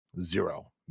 Zero